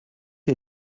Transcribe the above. est